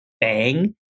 bang